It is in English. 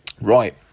Right